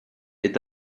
est